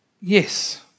yes